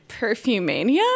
Perfumania